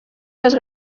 més